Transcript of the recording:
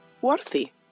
worthy